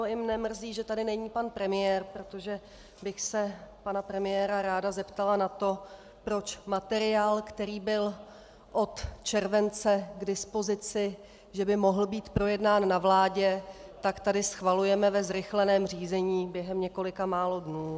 Jen mě mrzí, že tady není pan premiér, protože bych se pana premiéra ráda zeptala na to, proč materiál, který byl od července k dispozici, že by mohl být projednán na vládě, tady schvalujeme ve zrychleném řízení během několika málo dnů.